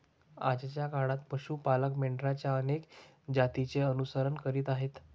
आजच्या काळात पशु पालक मेंढरांच्या अनेक जातींचे अनुसरण करीत आहेत